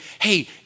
hey